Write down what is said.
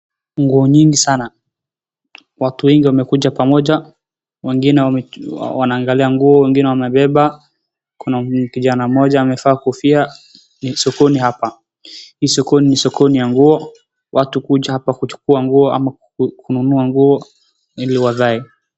Nguo nyingi sana. Watu wengi wamekuja pamoja, wengine wanaangalia nguo, wengine wamebeba. Kuna kijana mmoja amevaa kofia. Ni sokoni hapa. Hii sokoni ni sokoni ya nguo, watu huja hapa kuchukua nguo ama kununua nguo ili wavae.